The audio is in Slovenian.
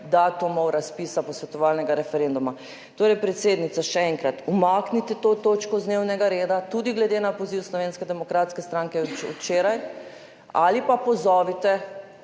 datumov razpisa posvetovalnega referenduma. Torej, predsednica, še enkrat, umaknite to točko z dnevnega reda tudi glede na poziv Slovenske demokratske stranke včeraj, ali pa pozovete